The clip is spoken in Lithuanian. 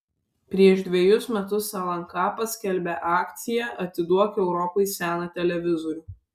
prieš dvejus metus lnk paskelbė akciją atiduok europai seną televizorių